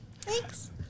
Thanks